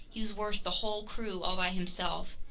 he was worth the whole crew all by himself.